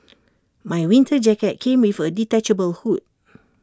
my winter jacket came with A detachable hood